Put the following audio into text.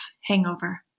hangover